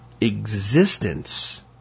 existence